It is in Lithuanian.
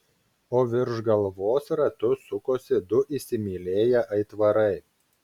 o virš galvos ratu sukosi du įsimylėję aitvarai